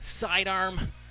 sidearm